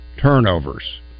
turnovers